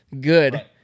good